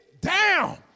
down